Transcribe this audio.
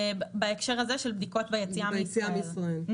בהקשר הזה של בדיקות ביציאה מישראל,